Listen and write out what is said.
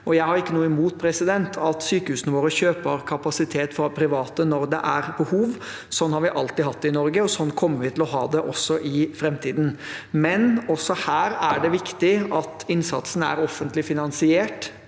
Jeg har ikke noe imot at sykehusene våre kjøper kapasitet fra private når det er behov. Sånn har vi alltid hatt det i Norge, og sånn kommer vi til å ha det også i framtiden. Men også her er det viktig at innsatsen er offentlig finansiert,